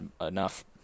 enough